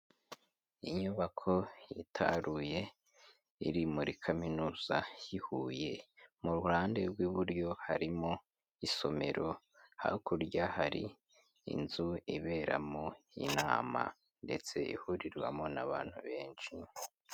Inyubako yitaruye, iri muri kaminuza y'i Huye, mu ruhande rw'iburyo harimo isomero, hakurya hari inzu iberamo inama ndetse ihurirwamo n'abantu benshi.